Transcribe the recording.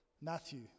Matthew